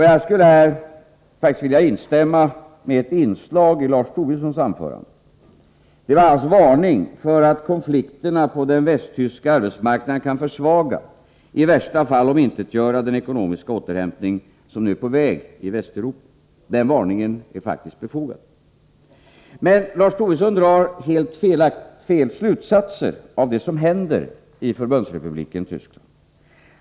Jag skulle här faktiskt vilja instämma i ett inslag i Lars Tobissons anförande, nämligen hans varning för att konflikterna på den västtyska arbetsmarknaden kan försvaga och i värsta fall omintetgöra den ekonomiska återhämtning som nu är på väg i Västeuropa. Den varningen är faktiskt befogad. Men Lars Tobisson drar helt felaktiga slutsatser av det som händer i Förbundsrepubliken Tyskland.